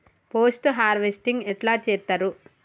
Post harvesting ఎట్ల చేత్తరు?